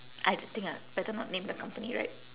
I think ah better not name the company right